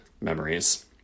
memories